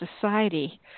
society